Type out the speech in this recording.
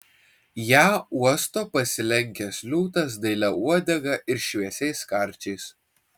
ją uosto pasilenkęs liūtas dailia uodega ir šviesiais karčiais